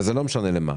ולא משנה לשם מה,